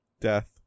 Death